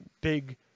big